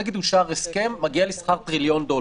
מה שסיגל אומרת: תנו לנו כפרזנטורים שלכם לקחת